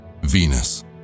Venus